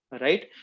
right